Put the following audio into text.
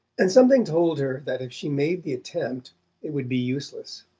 and something told her that if she made the attempt it would be useless.